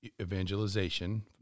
evangelization